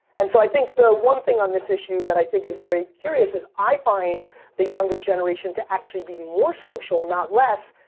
and so i think the one thing on this issue that i think is very curious is i find the younger generation to actually be more social and not less.